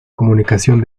comunicación